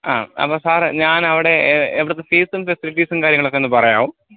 ആ അപ്പം സാറെ ഞാൻ അവിടെ എവിടത്തെ ഫീസും ഫെസിലിറ്റീസും കാര്യങ്ങളൊക്കെ ഒന്ന് പറയാമോ